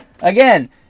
Again